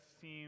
seem